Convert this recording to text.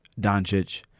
Doncic